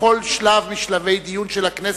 בכל שלב משלבי הדיון של הכנסת,